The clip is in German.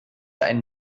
einen